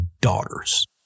daughters